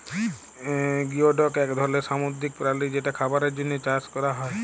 geoduck এক ধরলের সামুদ্রিক প্রাণী যেটা খাবারের জন্হে চাএ ক্যরা হ্যয়ে